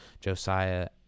Josiah